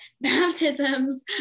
baptisms